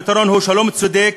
הפתרון הוא שלום צודק,